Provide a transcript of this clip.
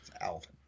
Alvin